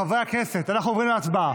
חברי הכנסת, אנחנו עוברים להצבעה.